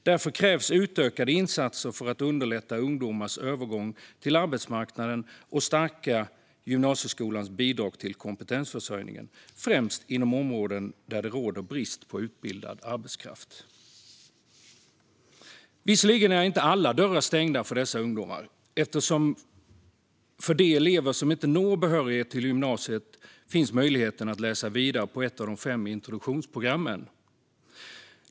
Därför krävs utökade insatser för att underlätta ungdomars övergång till arbetsmarknaden och stärka gymnasieskolans bidrag till kompetensförsörjningen, främst inom områden där det råder brist på utbildad arbetskraft. Visserligen är inte alla dörrar stängda för dessa ungdomar. För de elever som inte når behörighet till gymnasiet finns möjlighet att läsa vidare på ett av de fem introduktionsprogrammen.